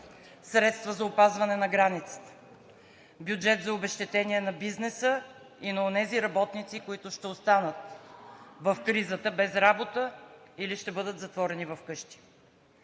средства за опазване на границата, бюджет за обезщетения на бизнеса и на онези работници, които ще останат в кризата без работа или ще бъдат затворени вкъщи.